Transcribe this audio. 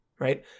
right